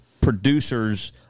producers